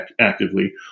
actively